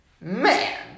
man